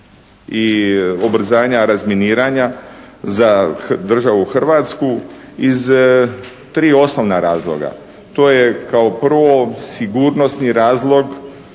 i ubrzanja razminiranja za državu Hrvatsku iz tri osnovna razloga. To je kao prvo sigurnosni razlog